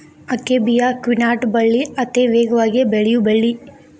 akebia quinata ಬಳ್ಳಿ ಅತೇ ವೇಗವಾಗಿ ಬೆಳಿಯು ಬಳ್ಳಿ